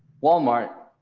walmart,